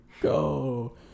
go